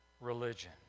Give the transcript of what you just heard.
religion